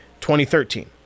2013